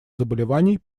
заболеваний